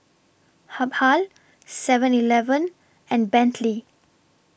Habhal Seven Eleven and Bentley